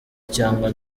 cyangwa